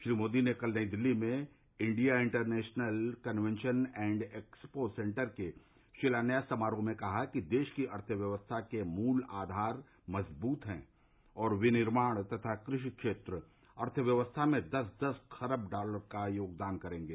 श्री मोदी ने कल नई दिल्ली में India international convention and expo centre के शिलान्यास समारोह में कहा कि देश की अर्थव्यवस्था के मूल आघार मजबूत हैं और विनिर्माण तथा कृषि क्षेत्र अर्थव्यवस्था में दस दस खरब डॉलर का योगदान करेंगे